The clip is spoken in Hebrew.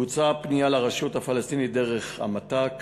בוצעה פנייה לרשות הפלסטינית דרך המת"ק,